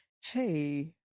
Hey